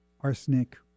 arsenic